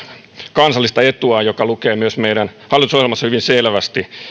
kansallista etuaan joka lukee myös meidän hallitusohjelmassa hyvin selvästi